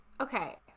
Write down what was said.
okay